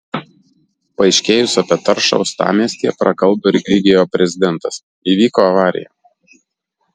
paaiškėjus apie taršą uostamiestyje prakalbo ir grigeo prezidentas įvyko avarija